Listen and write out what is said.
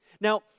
Now